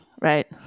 Right